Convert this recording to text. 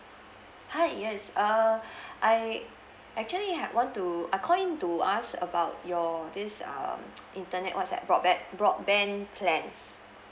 hi yes err I actually ha~ want to I call in to ask about your this um internet what's that broadba~ broadband plans